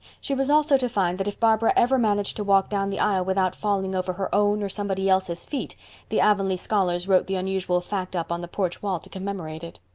she was also to find that if barbara ever managed to walk down the aisle without falling over her own or somebody else's feet the avonlea scholars wrote the unusual fact up on the porch wall to commemorate it.